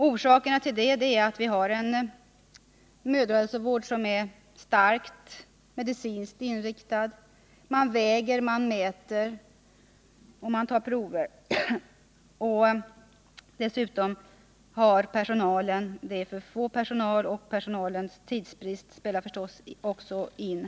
Orsakerna till det är att mödrahälsovården är starkt medicinskt inriktad — man väger, man mäter och man tar prover. Dessutom finns det för lite personal, och personalens tidsbrist spelar också in.